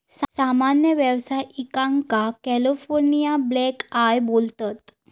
सामान्य व्यावसायिकांका California blackeye बोलतत